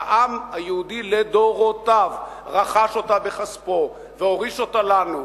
שהעם היהודי לדורותיו רכש אותה בכספו והוריש אותה לנו,